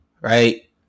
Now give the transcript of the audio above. right